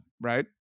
right